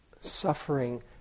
Suffering